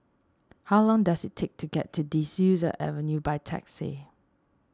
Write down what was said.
how long does it take to get to De Souza Avenue by taxi